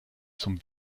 zum